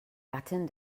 gattin